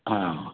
ಹಾಂ